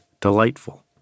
delightful